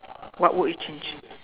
what would you change